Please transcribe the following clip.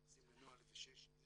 מייחסים לנוהל 106 או